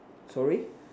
sorry